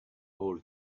all